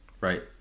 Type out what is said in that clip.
Right